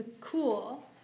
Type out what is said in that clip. cool